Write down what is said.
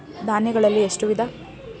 ಧಾನ್ಯಗಳಲ್ಲಿ ಎಷ್ಟು ವಿಧ?